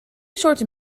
soorten